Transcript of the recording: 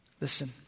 Listen